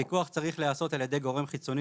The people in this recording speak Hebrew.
הפיקוח צריך להיעשות על ידי גורם חיצוני